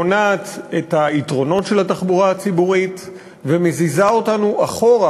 מונעת את היתרונות של התחבורה הציבורית ומזיזה אותנו אחורה